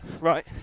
Right